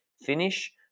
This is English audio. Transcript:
finish